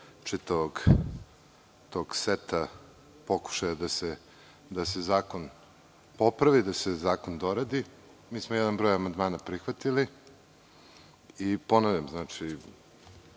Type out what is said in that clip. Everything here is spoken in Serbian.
tog seta pokušaja da se zakon popravi, da se zakon doradi. Mi smo jedan broj amandmana prihvatili. Ponavljam,